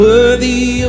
Worthy